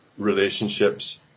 relationships